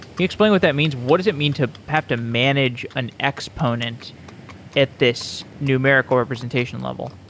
you explain what that means? what is it mean to have to manage an exponent at this numerical representation level?